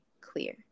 clear